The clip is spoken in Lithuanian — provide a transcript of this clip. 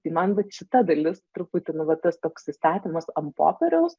tai man vat šita dalis truputį nu va tas toks įstatymas ant popieriaus